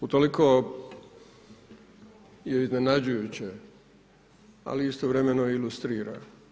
Utoliko je iznenađujuće, ali istovremeno ilustrira.